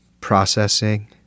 processing